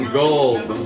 gold